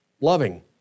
loving